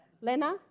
Lena